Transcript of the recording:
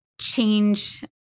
change